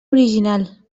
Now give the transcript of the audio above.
original